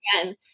again